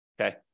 okay